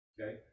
okay